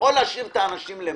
כדי לא להשאיר את האנשים בתחנה.